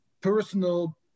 personal